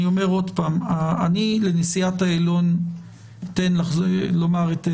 אני נותן לנשיאת העליון לומר את עמדתה,